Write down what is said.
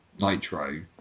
Nitro